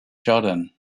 jordan